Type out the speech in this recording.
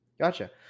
Gotcha